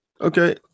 Okay